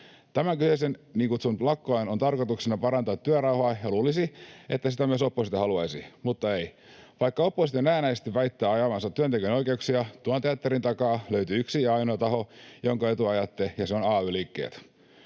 Tämän kyseisen niin kutsutun lakkolain tarkoituksena on parantaa työrauhaa, ja luulisi, että sitä myös oppositio haluaisi. Mutta ei, vaikka oppositio näennäisesti väittää ajavansa työntekijän oikeuksia, tuon teatterin takaa löytyy yksi ja ainoa taho, jonka etua ajatte, ja se on ay-liikkeet.